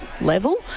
level